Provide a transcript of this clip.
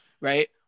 right